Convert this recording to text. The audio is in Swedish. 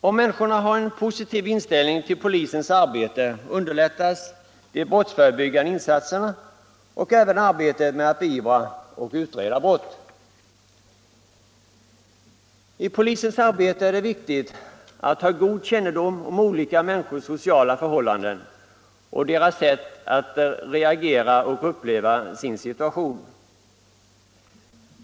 Om människorna har en positiv inställning till polisens arbete underlättas de brottsförebyggande insatserna och även arbetet med att beivra och utreda brott. I polisens arbete är det viktigt att ha god kännedom om olika människors sociala förhållanden och deras sätt att reagera och uppleva sin situation.